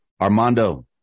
Armando